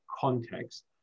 context